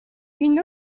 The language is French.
une